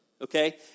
okay